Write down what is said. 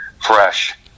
fresh